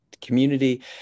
community